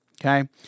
okay